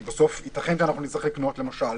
כי בסוף ייתכן שנצטרך לקנות למשל